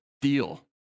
deal